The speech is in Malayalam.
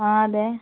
ആ അതെ